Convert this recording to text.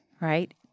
right